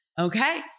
Okay